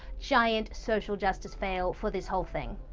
giant social justice fail for this whole thing.